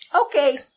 okay